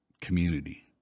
community